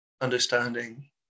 understanding